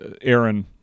Aaron